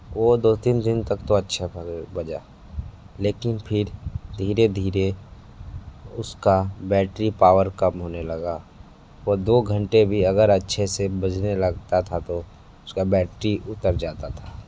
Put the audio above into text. वो दो तीन दिन तक तो अच्छा बजा लेकिन फिर धीरे धीरे उसका बैटरी पावर कम होने लगा वो दो घंटे भी अगर अच्छे से बजने लगता था तो उसका बैटरी उतर जाता था